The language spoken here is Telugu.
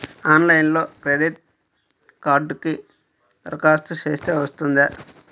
ఆన్లైన్లో క్రెడిట్ కార్డ్కి దరఖాస్తు చేస్తే వస్తుందా?